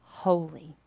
Holy